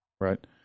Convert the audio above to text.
right